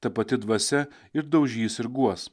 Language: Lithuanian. ta pati dvasia ir daužys ir guos